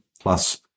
plus